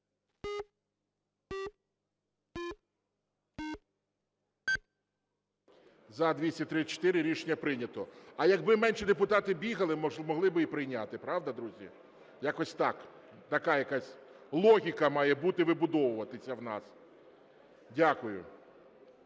За-234 Рішення прийнято. А якби менше депутати бігали, могли б і прийняти. Правда, друзі? Якось так, така якась логіка має бути, вибудовуватись у нас. Дякую.